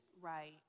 Right